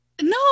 No